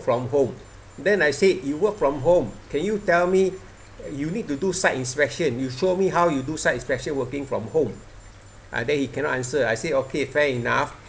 from home then I said you work from home can you tell me you need to do site inspection you show me how you do site inspection working from home uh there he cannot answer I said okay fair enough